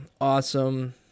awesome